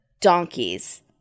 donkeys